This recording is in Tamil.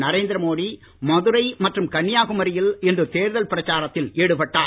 நரேந்திர மோடி மதுரை மற்றும் கன்னியாகுமரியில் இன்று தேர்தல் பிரச்சாரத்தில் ஈடுபட்டார்